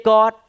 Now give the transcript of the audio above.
God